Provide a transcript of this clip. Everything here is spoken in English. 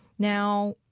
now